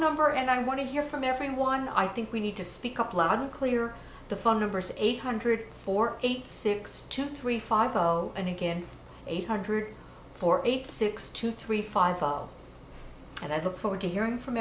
number and i want to hear from everyone i think we need to speak up loud and clear the phone numbers eight hundred four eight six two three five zero and again eight hundred four eight six two three five and i look forward to hearing from